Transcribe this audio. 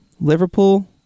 Liverpool